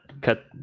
cut